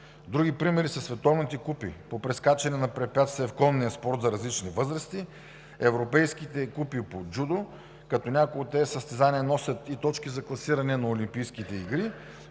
Други примери са световните купи по прескачане на препятствия в конния спорт за различни възрасти, европейските купи по джудо, като някои от тези състезания носят и точки за класиране на Олимпийските игри,